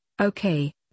Okay